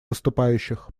выступающих